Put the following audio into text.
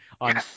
On